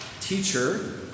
Teacher